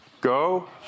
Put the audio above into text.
go